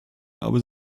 aber